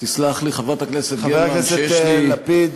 חבר הכנסת לפיד.